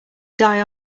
die